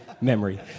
memory